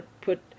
put